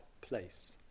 place